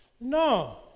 No